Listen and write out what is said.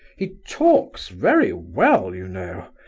he talks very well, you know!